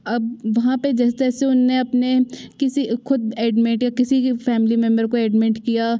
अब वहाँ पर जैसे तैसे उन्होंने अपने किसी ख़ुद एडमिट है किसी की फ़ैमिली मेंबर को एडमिट किया